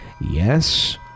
yes